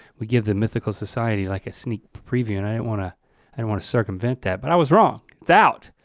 we give the mythical society like a sneak preview and i didn't wanna and wanna circumvent that but i was wrong. it's out,